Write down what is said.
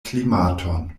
klimaton